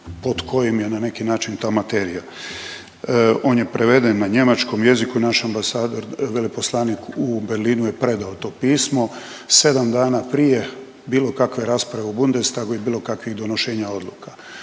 pod kojim je na neki način ta materija. On je preveden na njemačkom jeziku i naš ambasador, veleposlanik u Berlinu je predao to pismo 7 dana prije bilo kakve rasprave u Bundestagu i bilo kakvih donošenja odluka.